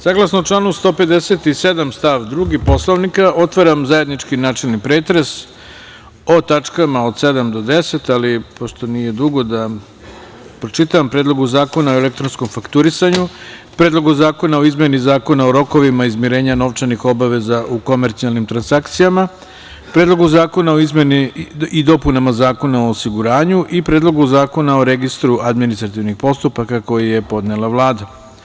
Saglasno članu 157. stav 2. Poslovnika otvaram zajednički načelni pretres o tačkama od 7. do 10, ali pošto nije dugo da pročitam: Predlogu zakona o elektronskom fakturisanju, Predlogu zakona o izmeni Zakona o rokovima izmirenja novčanih obaveza u komercijalnim transakcijama, Predlogu zakona o izmeni i dopunama Zakona o osiguranju i Predlogu zakona o registru administrativnih postupaka koji je podnela Vlada.